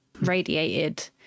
radiated